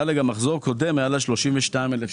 היה לה גם מחזור קודם, שם היה לה 32,000 שקל.